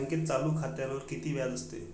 बँकेत चालू खात्यावर किती व्याज असते?